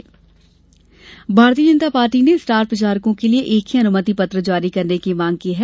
भाजपा मांग भारतीय जनता पार्टी ने स्टार प्रचारकों के लिये एक ही अनुमति पत्र जारी करने की मांग की है